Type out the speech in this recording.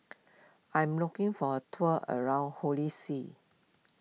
I am looking for a tour around Holy See